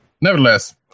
nevertheless